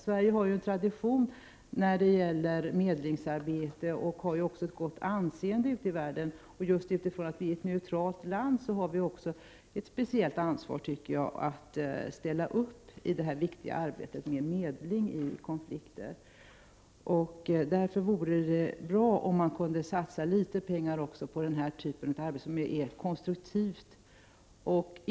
Sverige har ju en tradition när det gäller medlingsarbete och ett gott anseende i världen. På grund av att Sverige är ett neutralt land har vi i Sverige också ett speciellt ansvar att ställa upp i detta viktiga medlingsarbete vid konflikter. Det vore därför bra om litet pengar också satsades på den här typen av konstruktivt arbete.